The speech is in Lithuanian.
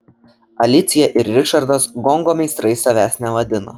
alicija ir ričardas gongo meistrais savęs nevadina